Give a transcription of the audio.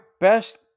best